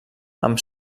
amb